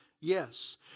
yes